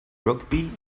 rugby